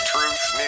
Truth